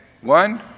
One